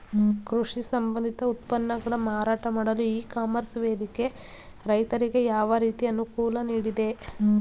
ಕೃಷಿ ಸಂಬಂಧಿತ ಉತ್ಪನ್ನಗಳ ಮಾರಾಟ ಮಾಡಲು ಇ ಕಾಮರ್ಸ್ ವೇದಿಕೆ ರೈತರಿಗೆ ಯಾವ ರೀತಿ ಅನುಕೂಲ ನೀಡಿದೆ?